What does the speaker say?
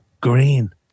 Green